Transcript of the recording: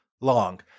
long